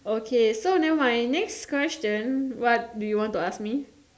okay so never mind next question what do you want to ask me